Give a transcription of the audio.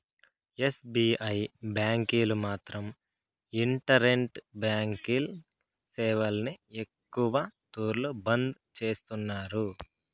SBI బ్యాంకీలు మాత్రం internet banking సేవల్ని ఎక్కవ తూర్లు బంద్ చేస్తున్నారు